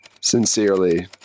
sincerely